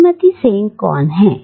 श्रीमती सेन कौन है